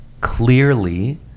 clearly